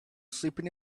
sleeping